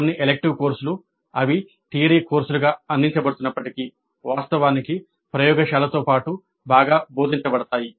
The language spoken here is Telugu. కొన్ని ఎలిక్టివ్ కోర్సులు అవి థియరీ కోర్సులుగా అందించబడుతున్నప్పటికీ వాస్తవానికి ప్రయోగశాలతో పాటు బాగా బోధించబడతాయి